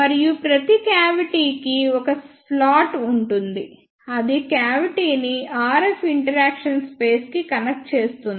మరియు ప్రతి క్యావిటీ కి ఒక స్లాట్ ఉంటుంది అది క్యావిటీ ని RF ఇంటరాక్షన్ స్పేస్ కి కనెక్ట్ చేస్తుంది